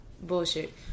bullshit